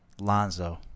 Lonzo